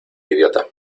idiota